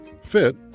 fit